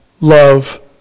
love